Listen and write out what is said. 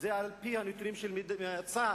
זה על-פי הנתונים של צה"ל.